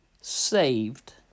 saved